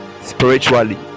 spiritually